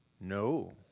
No